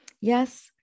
yes